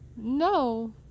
No